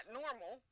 normal